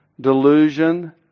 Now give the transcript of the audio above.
delusion